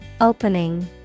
Opening